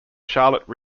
charlotte